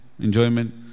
Enjoyment